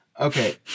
Okay